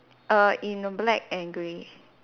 err in black and grey